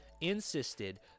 insisted